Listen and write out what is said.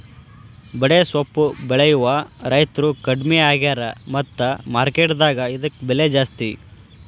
ಬಡೆಸ್ವಪ್ಪು ಬೆಳೆಯುವ ರೈತ್ರು ಕಡ್ಮಿ ಆಗ್ಯಾರ ಮತ್ತ ಮಾರ್ಕೆಟ್ ದಾಗ ಇದ್ಕ ಬೆಲೆ ಜಾಸ್ತಿ